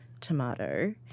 tomato